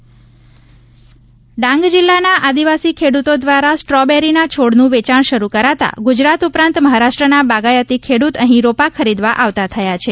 ડાંગ ખેતી ડાંગ જિલ્લાના આદિવાસી ખેડૂતો દ્વારા સ્ટ્રોબેરીના છોડનું વેચાણ શરૂ કરાતા ગુજરાત ઉપરાંત મહારાષ્ટ્રના બાગાયતી ખેડ્રત અહીં રોપા ખરીદવા આવતા થયા છે